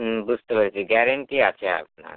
হুম বুঝতে পেরেছি গ্যারেন্টি আছে আপনার